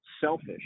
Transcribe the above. selfish